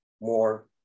more